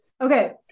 Okay